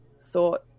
thought